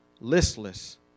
listless